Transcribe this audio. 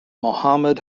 mohammad